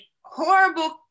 horrible